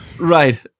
Right